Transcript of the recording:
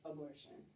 Abortion